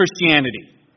Christianity